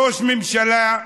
ראש ממשלה,